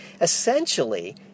Essentially